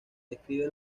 escribe